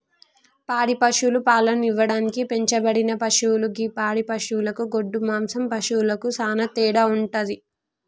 పాడి పశువులు పాలను ఇవ్వడానికి పెంచబడిన పశువులు గి పాడి పశువులకు గొడ్డు మాంసం పశువులకు సానా తేడా వుంటది